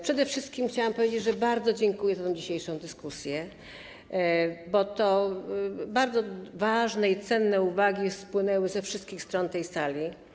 Przede wszystkim chciałam powiedzieć, że bardzo dziękuję za tę dzisiejszą dyskusję, bo bardzo ważne i cenne uwagi spłynęły ze wszystkich stron tej sali.